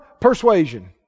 persuasion